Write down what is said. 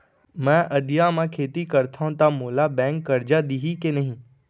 मैं अधिया म खेती करथंव त मोला बैंक करजा दिही के नही?